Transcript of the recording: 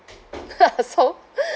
so